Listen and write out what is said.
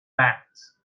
facts